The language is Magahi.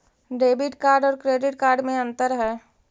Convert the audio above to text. डेबिट कार्ड और क्रेडिट कार्ड में अन्तर है?